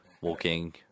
Walking